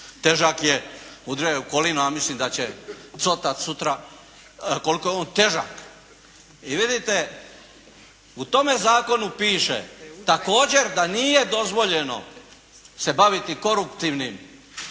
težak je, udrio ju je u kolina, a mislim da će …/Govornik se ne razumije./… sutra koliko je on težak i vidite u tome zakonu piše također da nije dozvoljeno se baviti koruptivnim